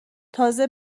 تازه